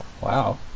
Wow